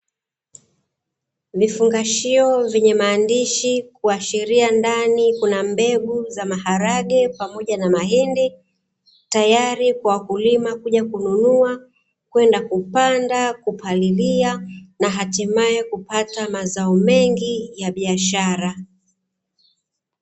Vifungashio vyenye maandishi kwa kuachiria, ndani kuna mbegu za maharage pamoja na mahindi, tayari kwa wakulima kuja kununua kwenda kupanda, kupalilia na hatimae kupata mazao mengi ya biashara.